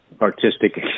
artistic